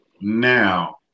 now